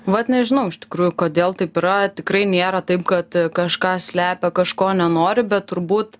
vat nežinau iš tikrųjų kodėl taip yra tikrai nėra taip kad kažką slepia kažko nenori bet turbūt